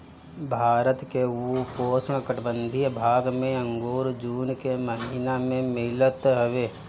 भारत के उपोष्णकटिबंधीय भाग में अंगूर जून के महिना में मिलत हवे